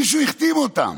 מישהו החתים אותם.